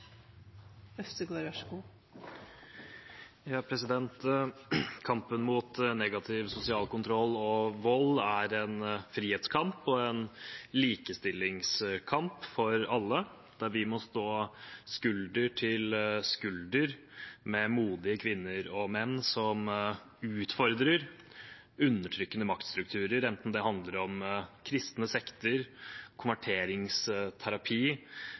Kampen mot negativ sosial kontroll og vold er en frihetskamp og en likestillingskamp for alle, der vi må stå skulder mot skulder med modige kvinner og menn som utfordrer undertrykkende maktstrukturer, enten det handler om kristne sekter, konverteringsterapi